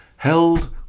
held